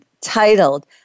titled